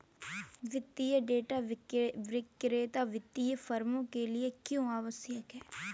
वित्तीय डेटा विक्रेता वित्तीय फर्मों के लिए क्यों आवश्यक है?